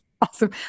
awesome